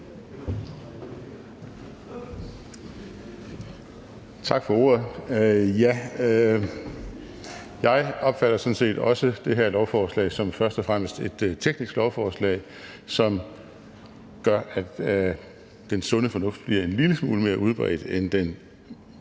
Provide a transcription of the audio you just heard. Tak for ordet. Ja, jeg opfatter sådan set også det her lovforslag som først og fremmest et teknisk lovforslag, som gør, at den sunde fornuft vil blive en lille smule mere udbredt, end den